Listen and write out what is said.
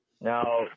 Now